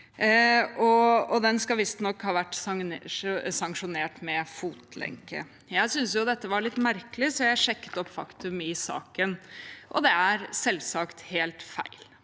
skal ha vært sanksjonert med fotlenke. Jeg syntes dette var litt merkelig, så jeg sjekket faktum i saken – og det er selvsagt helt feil.